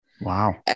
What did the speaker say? Wow